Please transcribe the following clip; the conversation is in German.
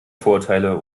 vorurteile